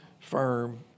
firm